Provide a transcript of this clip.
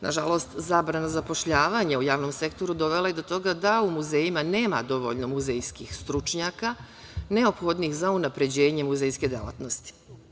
Nažalost, zabrana zapošljavanja u javnom sektoru dovela je do toga da u muzejima nema dovoljno muzejskih stručnjaka neophodnih za unapređenje muzejske delatnosti.